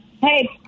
Hey